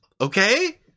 okay